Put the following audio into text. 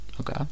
Okay